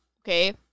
Okay